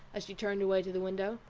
as she turned away to the window.